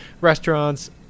restaurants